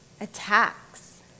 attacks